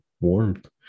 warmth